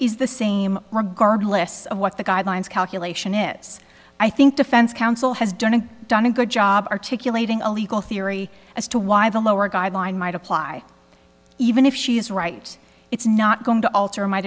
same regardless of what the guidelines calculation is i think defense counsel has done and done a good job articulating a legal theory as to why the lower guideline might apply even if she is right it's not going to alter my